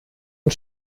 und